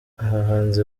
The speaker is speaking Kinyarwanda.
abahanzi